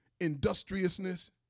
industriousness